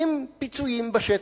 עם פיצויים בשטח,